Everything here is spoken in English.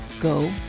go